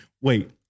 Wait